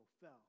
fell